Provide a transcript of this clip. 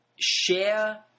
share